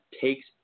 takes